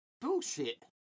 Bullshit